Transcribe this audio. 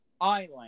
island